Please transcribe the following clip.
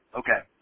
okay